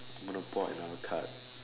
I'm gonna pour another card